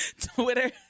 Twitter